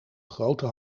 grote